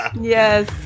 Yes